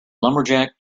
lumberjack